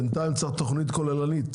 בינתיים צריך תוכנית כוללנית.